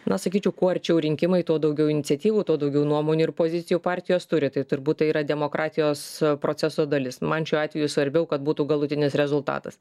na sakyčiau kuo arčiau rinkimai tuo daugiau iniciatyvų tuo daugiau nuomonių ir pozicijų partijos turi tai turbūt tai yra demokratijos proceso dalis man šiuo atveju svarbiau kad būtų galutinis rezultatas